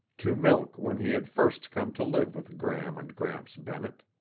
to milk when he had first come to live with gram and gramps bennett.